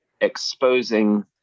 exposing